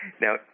Now